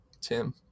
Tim